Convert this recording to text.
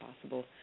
possible